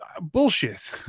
Bullshit